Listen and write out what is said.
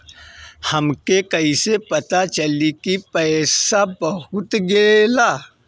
हमके कईसे पता चली कि पैसा पहुच गेल?